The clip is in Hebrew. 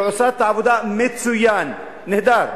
היא עושה את העבודה מצוין, נהדר,